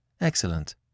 Excellent